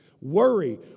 worry